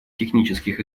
технических